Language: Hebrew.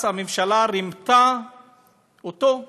הממשלה רימתה את בג"ץ,